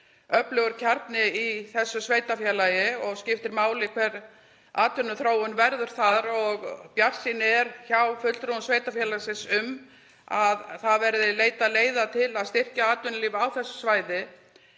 öflugur kjarni í þessu sveitarfélagi og skiptir máli hver atvinnuþróun verður þar. Bjartsýni er hjá fulltrúum sveitarfélagsins um að leitað verði leiða til að styrkja atvinnulíf á þessu svæði.